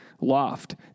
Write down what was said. loft